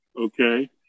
Okay